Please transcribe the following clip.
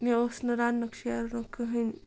مےٚ اوس نہٕ رَننُک شیرنُک کٕہٕنۍ